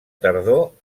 tardor